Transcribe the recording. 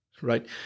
right